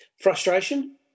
frustration